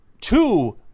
two